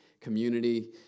community